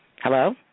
Hello